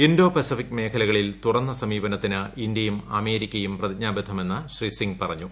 Indo Pacific മേഖലകളിൽ തുറന്ന സമിപനത്തിന് ഇന്ത്യയും അമേരിക്കയും പ്രതിജ്ഞാബദ്ധമെന്ന് ശ്രീ സിംഗ് പറഞ്ഞു